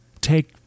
take